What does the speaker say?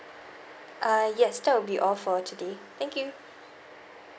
uh yes that will be all for today thank you